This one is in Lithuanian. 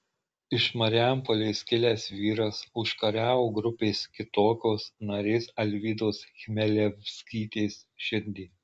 iš marijampolės kilęs vyras užkariavo grupės kitokios narės alvydos chmelevskytės širdį